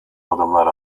adımlar